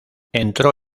entró